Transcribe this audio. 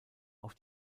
auf